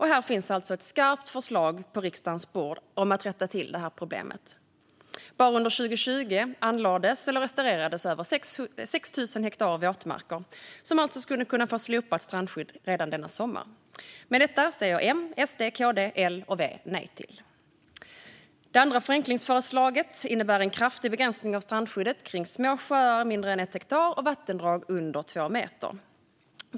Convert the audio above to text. Här finns alltså ett skarpt förslag på riksdagens bord om att rätta till detta problem. Bara under 2020 anlades eller restaurerades över 6 000 hektar våtmarker, som alltså hade kunnat få slopat strandskydd denna sommar. Men detta säger M, SD, KD, L och V nej till. Det andra förenklingsförslaget innebär en kraftig begränsning av strandskyddet kring små sjöar på mindre än ett hektar och vattendrag under två meter.